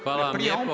Hvala vam lijepo.